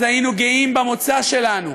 היינו גאים אז במוצא שלנו,